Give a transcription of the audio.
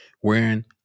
wherein